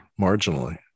marginally